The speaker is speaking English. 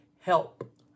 help